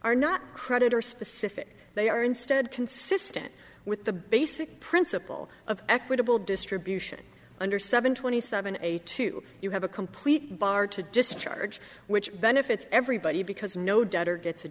are not creditor specific they are instead consistent with the basic principle of equitable distribution under seven twenty seven eight two you have a complete bar to discharge which benefits everybody because no debtor gets a